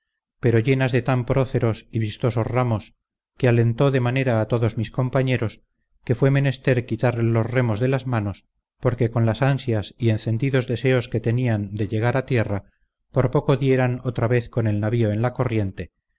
pero llenas de tan próceros y vistosos ramos que alentó de manera a todos mis compañeros que fue menester quitarles los remos de las manos porque con las ansias y encendidos deseos que tenían de llegar a tierra por poco dieran otra vez con el navío en la corriente